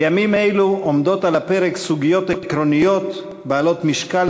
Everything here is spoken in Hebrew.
בימים אלו עומדות על הפרק סוגיות עקרוניות בעלות משקל